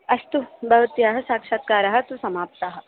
अस्तु भवत्याः साक्षात्कारः तु समाप्तः